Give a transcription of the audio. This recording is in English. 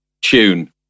tune